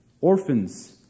orphans